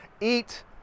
eat